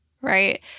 right